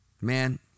man